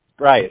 Right